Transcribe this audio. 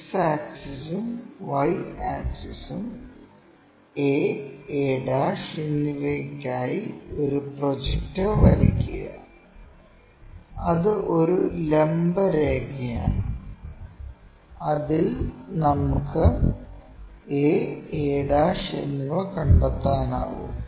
X ആക്സിസും Y ആക്സിസും a a' എന്നിവയ്ക്കായി ഒരു പ്രൊജക്ടർ വരയ്ക്കുക അത് ഒരു ലംബ രേഖയാണ് അതിൽ നമുക്ക് a a' എന്നിവ കണ്ടെത്താനാകും